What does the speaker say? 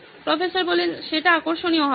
professor সেটা আকর্ষণীয় হবে